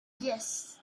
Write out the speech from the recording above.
yes